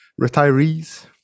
retirees